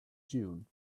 june